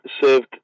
served